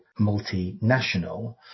multinational